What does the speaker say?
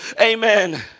amen